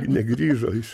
negrįžo iš